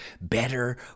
better